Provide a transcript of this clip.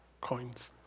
coins